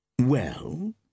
Well